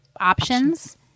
Options